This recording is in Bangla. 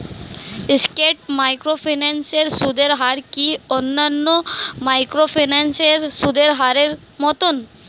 স্কেট মাইক্রোফিন্যান্স এর সুদের হার কি অন্যান্য মাইক্রোফিন্যান্স এর সুদের হারের মতন?